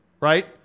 right